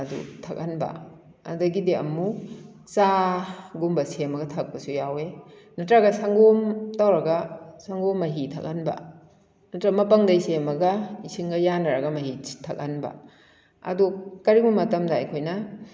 ꯑꯗꯨ ꯊꯥꯛꯍꯟꯕ ꯑꯗꯒꯤꯗꯤ ꯑꯃꯨꯛ ꯆꯥꯒꯨꯝꯕ ꯁꯦꯝꯃꯒ ꯊꯛꯄꯁꯨ ꯌꯥꯎꯏ ꯅꯠꯇ꯭ꯔꯒ ꯁꯪꯒꯣꯝ ꯇꯧꯔꯒ ꯁꯪꯒꯣꯝ ꯃꯍꯤ ꯊꯛꯍꯟꯕ ꯅꯠꯇ꯭ꯔꯒ ꯃꯄꯪꯗꯩ ꯁꯦꯝꯃꯒ ꯏꯁꯤꯡꯒ ꯌꯥꯟꯅꯔꯒ ꯃꯍꯤꯁꯤ ꯊꯥꯛꯍꯟꯕ ꯑꯗꯣ ꯀꯔꯤꯒꯨꯝꯕ ꯃꯇꯝꯗ ꯑꯩꯈꯣꯏꯅ